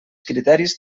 criteris